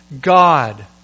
God